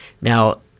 Now